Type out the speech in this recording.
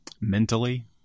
mentally